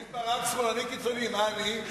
אם ברק שמאלני קיצוני, מה אני?